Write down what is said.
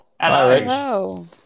Hello